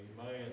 Amen